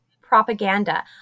propaganda